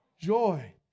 Joy